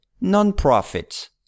Non-profit